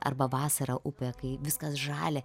arba vasarą upė kai viskas žalia